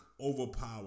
overpower